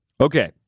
Okay